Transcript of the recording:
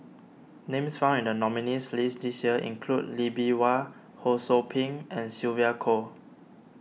names found in the nominees' list this year include Lee Bee Wah Ho Sou Ping and Sylvia Kho